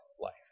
life